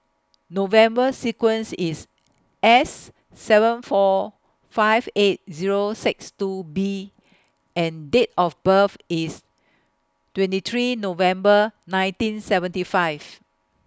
November sequence IS S seven four five eight Zero six two B and Date of birth IS twenty three November nineteen seventy five